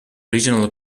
regional